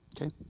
Okay